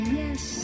yes